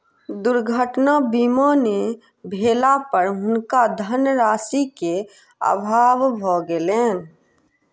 दुर्घटना बीमा नै भेला पर हुनका धनराशि के अभाव भ गेलैन